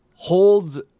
holds